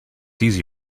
easy